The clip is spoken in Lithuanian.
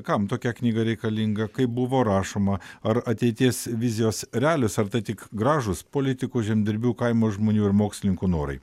kam tokia knyga reikalinga kaip buvo rašoma ar ateities vizijos realios ar tai tik gražūs politikų žemdirbių kaimo žmonių ir mokslininkų norai